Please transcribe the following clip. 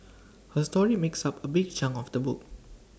her story makes up A big chunk of the book